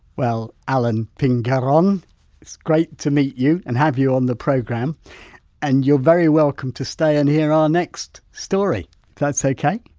whitewell alan pingarron it's great to meet you and have you on the programme and you're very welcome to stay and hear our next story if that's okay.